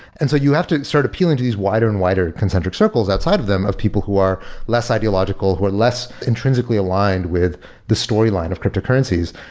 and so you have to start appealing to these wider and wider concentric circles outside of them of people who are less ideological, who are less intrinsically aligned with the storyline of cryptocurrencies.